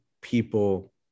people